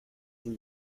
rue